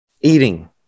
eating